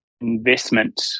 investment